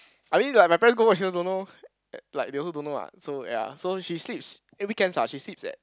I mean like my parents go work she also don't know and like they also don't know what so ya so she sleeps eh weekends ah she sleeps at